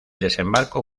desembarco